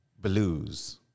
blues